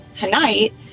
tonight